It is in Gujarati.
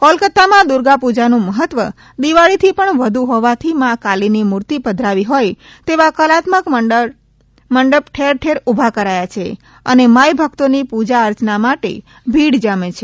કોલકતામાં દુર્ગાપૂજાનું મહત્વ દિવાળીથી પણ વધુ હોવાથી માં કાલીની મૂર્તિ પધરાવી હોય તેવા કલાત્મક મંડપ ઠેરઠેર ઊભા કરાયા છે અને માઇભક્તોની પૂજાઅર્ચના માટે ભીડ જામે છે